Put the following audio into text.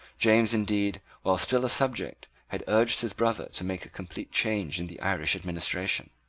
james, indeed, while still a subject, had urged his brother to make a complete change in the irish administration.